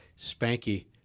Spanky